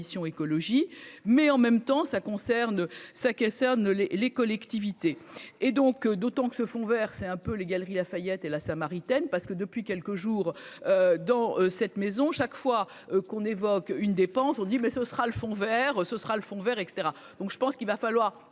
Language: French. Écologie mais en même temps ça concerne ça Keiser ne les les collectivités et donc, d'autant que ce fonds Vert, c'est un peu les galeries Lafayette et la Samaritaine parce que depuis quelques jours dans cette maison, chaque fois qu'on évoque une dépense on dit mais ce sera le fond Vert, ce sera le fond Vert et cetera, donc je pense qu'il va falloir,